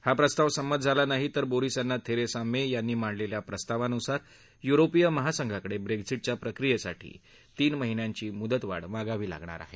हा प्रस्ताव संमत झाला नाही तर बोरीस यांना थेरेसा मे यांनी मांडलेल्या प्रस्तावानुसार युरोपीय महासंघाकडे ब्रेकिझटच्या प्रक्रियेसाठी तीन महिन्यांची मुदतवाढ मागावी लागणार आहे